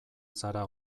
zara